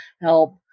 help